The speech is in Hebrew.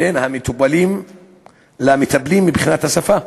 בין המטופלים למטפלים, מבחינת השפה.